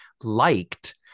liked